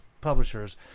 Publishers